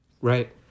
Right